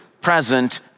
present